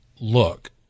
Look